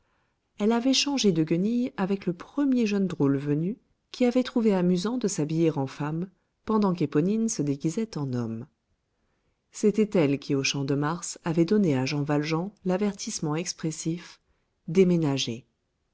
elle avait changé de guenilles avec le premier jeune drôle venu qui avait trouvé amusant de s'habiller en femme pendant qu'éponine se déguisait en homme c'était elle qui au champ de mars avait donné à jean valjean l'avertissement expressif déménagez